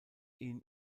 ihn